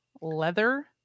leather